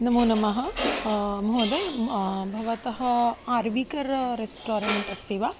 नमो नमः महोदय भवतः आर्विकर् रेस्टोरेण्ट् अस्ति वा